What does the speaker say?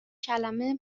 کلمه